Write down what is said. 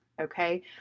Okay